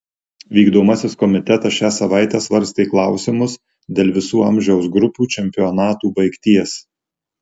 vykdomasis komitetas šią savaitę svarstė klausimus dėl visų amžiaus grupių čempionatų baigties